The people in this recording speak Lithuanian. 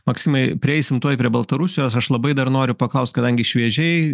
maksimai prieisim tuoj prie baltarusijos aš labai dar noriu paklaust kadangi šviežiai